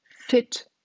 fit